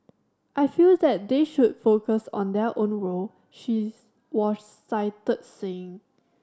I feel that they should focus on their own role she was cited saying